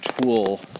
tool